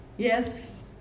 Yes